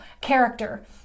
character